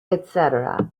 etc